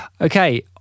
Okay